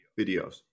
videos